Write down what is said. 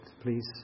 please